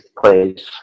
place